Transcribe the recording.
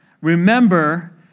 Remember